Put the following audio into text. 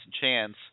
chance